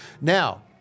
Now